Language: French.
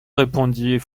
répondit